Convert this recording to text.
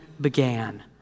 began